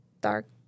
dark